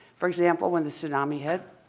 for example, when the tsunami hit,